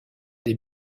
des